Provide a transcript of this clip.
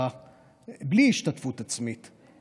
בלי השתתפות עצמית.